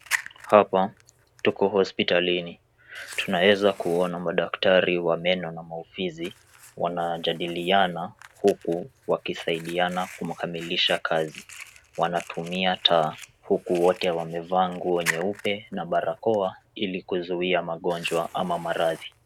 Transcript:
Hapa tuko hospitalini. Tunaweza kuona madaktari wa meno na maufizi wanajadiliana huku wakisaidiana kuhamilisha kazi. Wanatumia taa huku wote wamevaa nguo nyeupe na barakoa ili kuzuia magonjwa ama maradhi.